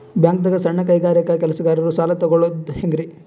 ಬ್ಯಾಂಕ್ದಾಗ ಸಣ್ಣ ಕೈಗಾರಿಕಾ ಕೆಲಸಗಾರರು ಸಾಲ ತಗೊಳದ್ ಹೇಂಗ್ರಿ?